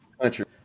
country